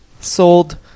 Sold